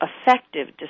effective